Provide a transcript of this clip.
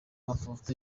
mafoto